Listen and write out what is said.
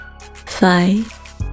five